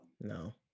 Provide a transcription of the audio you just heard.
No